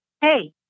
Hey